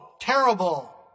terrible